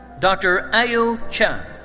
dr. ayou chen.